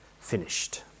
finished